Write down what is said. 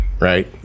right